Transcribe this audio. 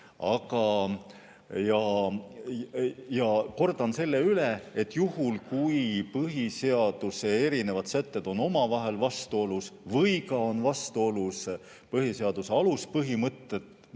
Ja kordan selle üle, et kui põhiseaduse erinevad sätted on omavahel vastuolus või ka on vastuolus põhiseaduse aluspõhimõttega,